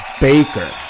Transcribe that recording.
Baker